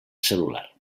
cel·lular